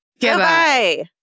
Goodbye